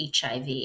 HIV